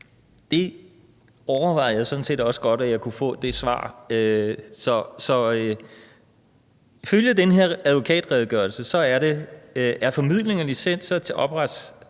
Jeg overvejede sådan set også godt, at jeg kunne få det svar. I den her advokatredegørelse står der: Formidling af licenser til